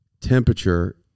temperature